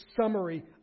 summary